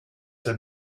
had